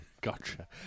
Gotcha